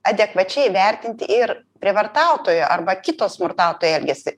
adekvačiai vertinti ir prievartautojo arba kito smurtautojo elgesį